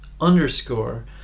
underscore